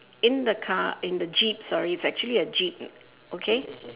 in the car in the jeep sorry it's actually a jeep okay